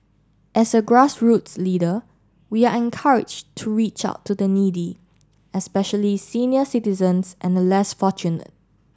as a grassroots leader we are encourage to reach out to the needy especially senior citizens and the less fortunate